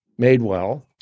Madewell